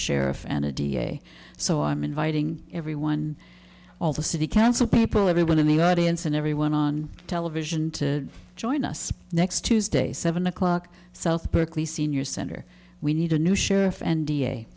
sheriff and a da so i'm inviting everyone all the city council people everyone in the audience and everyone on television to join us next tuesday seven o'clock south berkeley senior center we need a new sheriff